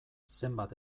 zenbat